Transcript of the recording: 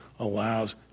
allows